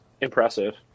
impressive